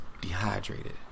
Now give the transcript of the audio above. dehydrated